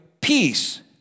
peace